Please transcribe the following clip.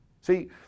See